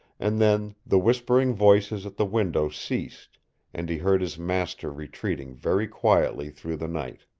and then the whispering voices at the window ceased and he heard his master retreating very quietly through the night.